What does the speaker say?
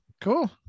cool